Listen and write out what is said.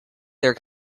their